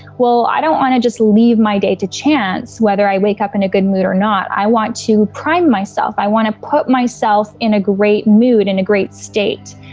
well, i don't wanna just leave my day to chance whether i wake up in a good mood or not. i want to prime myself. i wanna put myself in a great mood, in a great state.